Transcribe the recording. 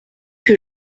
que